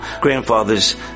grandfathers